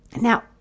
Now